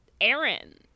Aaron